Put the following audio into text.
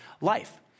life